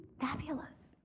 fabulous